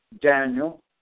Daniel